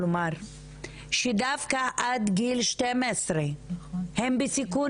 כלומר שדווקא עד גיל שתיים עשרה הם בסיכון